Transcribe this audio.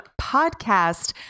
Podcast